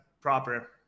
proper